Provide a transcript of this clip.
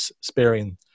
sparing